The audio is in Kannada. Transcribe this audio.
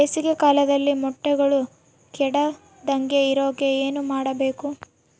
ಬೇಸಿಗೆ ಕಾಲದಲ್ಲಿ ಮೊಟ್ಟೆಗಳು ಕೆಡದಂಗೆ ಇರೋಕೆ ಏನು ಮಾಡಬೇಕು?